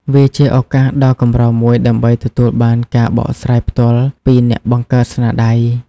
វាជាឱកាសដ៏កម្រមួយដើម្បីទទួលបានការបកស្រាយផ្ទាល់ពីអ្នកបង្កើតស្នាដៃ។